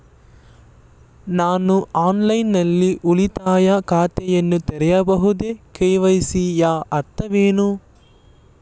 ನಾನು ಆನ್ಲೈನ್ ನಲ್ಲಿ ಉಳಿತಾಯ ಖಾತೆಯನ್ನು ತೆರೆಯಬಹುದೇ? ಕೆ.ವೈ.ಸಿ ಯ ಅರ್ಥವೇನು?